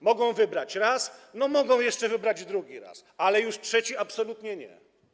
Mogą wybrać raz, mogą jeszcze wybrać drugi raz, ale już trzeci absolutnie nie.